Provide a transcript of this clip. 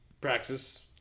praxis